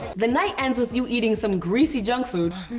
the night ends with you eating some greasy junk food.